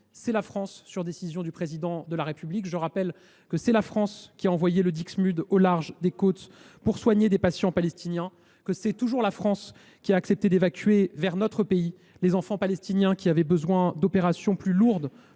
c’est la France, sur décision du Président de la République. Je rappelle aussi que c’est la France qui a envoyé le au large des côtes pour soigner des patients palestiniens et que c’est toujours la France qui a accepté d’évacuer les enfants palestiniens qui avaient besoin d’opérations plus lourdes,